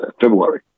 February